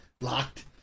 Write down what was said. locked